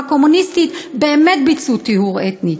הקומוניסטית באמת ביצעו טיהור אתני.